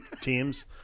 teams